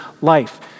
life